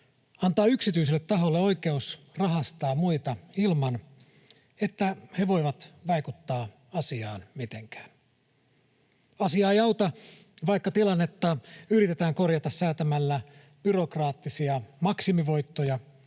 antaa yksityiselle taholle oikeus rahastaa muita ilman, että he voivat vaikuttaa asiaan mitenkään. Asiaa ei auta, vaikka tilannetta yritetään korjata säätämällä byrokraattisia maksimivoittoja,